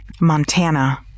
Montana